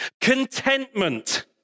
Contentment